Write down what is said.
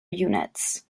units